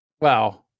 Wow